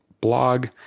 blog